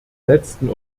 letzten